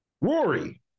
Rory